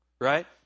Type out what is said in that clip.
Right